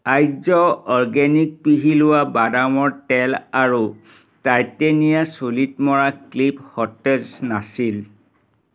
আৰ্য organic পিহি লোৱা বাদামৰ তেল আৰু টাইটানিয়া চুলিত মৰা ক্লিপ সতেজ নাছিল